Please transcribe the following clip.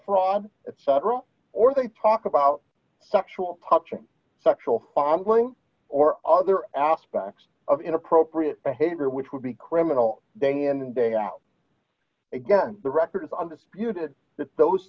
fraud etc or thing talk about sexual punching sexual fondling or other aspects of inappropriate behavior which would be criminal gang in and day out again the record is undisputed th